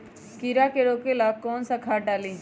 कीड़ा के रोक ला कौन सा खाद्य डाली?